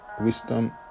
wisdom